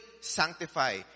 sanctify